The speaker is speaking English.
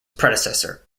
predecessor